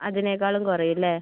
അതിനേക്കാളും കുറയും അല്ലേ